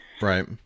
Right